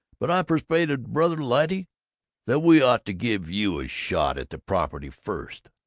but i persuaded brother lyte that we ought to give you a shot at the property first.